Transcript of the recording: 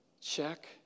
Check